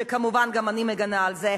שכמובן גם אני מגנה את זה,